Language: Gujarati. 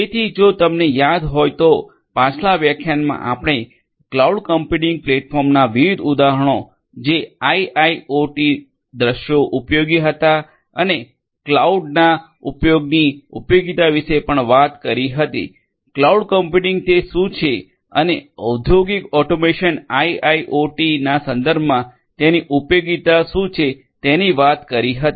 તેથી જો તમને યાદ હોય તો પાછલા વ્યાખ્યાનમાં આપણે ક્લાઉડ કમ્પ્યુટિંગ પ્લેટફોર્મના વિવિધ ઉદાહરણો જે આઇઆઇઓટી દૃશ્યોમાં ઉપયોગી હતા અને ક્લાઉડ ના ઉપયોગની ઉપયોગિતા વિશે પણ વાત કરી હતી ક્લાઉડ કમ્પ્યુટિંગ તે શું છે અને ઔદ્યોગિક ઓટોમેશન આઇઆઇઓટીના સંદર્ભમાં તેની ઉપયોગીતા શું છે તેની વાત કરી હતી